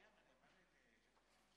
כבוד היושב-ראש,